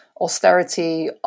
austerity